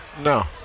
No